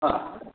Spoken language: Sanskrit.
हा